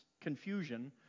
confusion